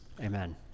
amen